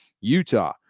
Utah